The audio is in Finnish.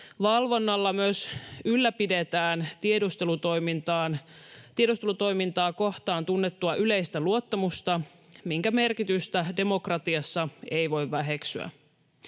Valvonnalla myös ylläpidetään tiedustelutoimintaa kohtaan tunnettua yleistä luottamusta, minkä merkitystä demokratiassa ei voi väheksyä.